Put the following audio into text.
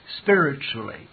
spiritually